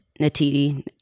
Natiti